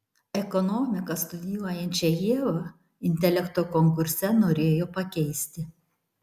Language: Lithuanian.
ekonomiką studijuojančią ievą intelekto konkurse norėjo pakeisti